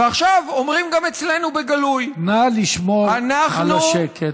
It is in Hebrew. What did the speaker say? ועכשיו אומרים גם אצלנו בגלוי, נא לשמור על השקט.